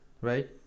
right